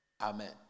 Amen